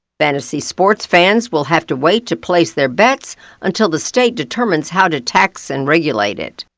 fantasy sports fans will have to wait to place their bets until the state determines how to tax and regulate it.